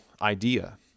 idea